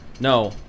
No